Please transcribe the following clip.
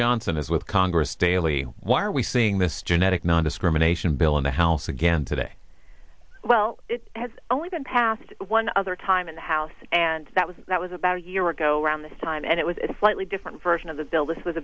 johnson is with congress daily why are we seeing this genetic nondiscrimination bill in the house again today well it has only been passed one other time in the house and that was that was about a year ago around this time and it was a slightly different version of the bill this was